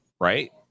Right